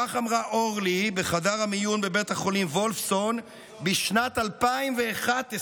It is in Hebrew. כך אמרה אורלי בחדר המיון בבית החולים וולפסון בשנת 2011,